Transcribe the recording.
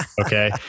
okay